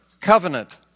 covenant